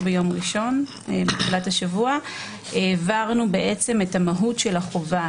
ביום ראשון העברנו את המהות של החובה,